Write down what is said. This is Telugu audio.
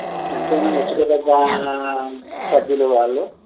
అంటే ముచ్చట తగ్గా సభ్యులు వాళ్ళు